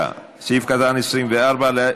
9(24)